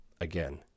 Again